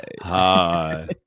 Hi